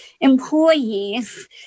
employees